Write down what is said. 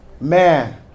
Man